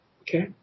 Okay